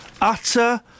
Utter